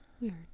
Weird